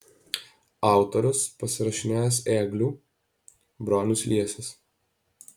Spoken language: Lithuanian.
autorius pasirašinėjęs ėgliu bronius liesis